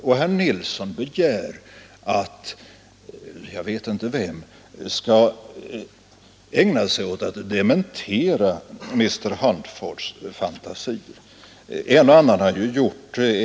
Och herr Nilsson begär att jag vet inte vem skall ägna sig åt att dementera Mr Huntfords fantasier. En och annan har gjort det.